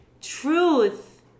truth